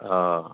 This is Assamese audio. অঁ